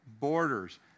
borders